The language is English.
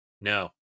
No